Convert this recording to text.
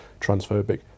transphobic